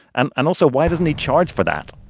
and and also, why doesn't he charge for that?